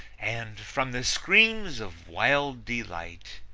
and, from the screams of wild delight,